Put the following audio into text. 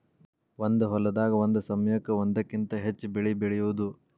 ಒಂದ ಹೊಲದಾಗ ಒಂದ ಸಮಯಕ್ಕ ಒಂದಕ್ಕಿಂತ ಹೆಚ್ಚ ಬೆಳಿ ಬೆಳಿಯುದು